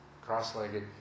cross-legged